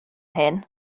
hyn